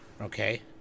okay